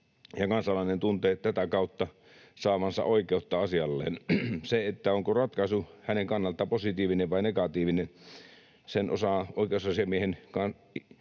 kansalainen tuntee tätä kautta saavansa oikeutta asialleen. Sen, onko ratkaisu hänen kannaltaan positiivinen vai negatiivinen, osaa oikeusasiamies ja hänen